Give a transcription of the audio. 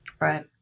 Right